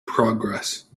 progress